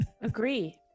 agree